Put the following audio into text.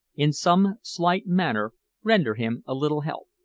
in some slight manner, render him a little help.